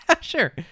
Sure